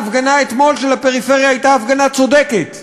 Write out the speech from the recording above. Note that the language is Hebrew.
ההפגנה של הפריפריה אתמול הייתה הפגנה צודקת.